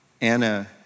Anna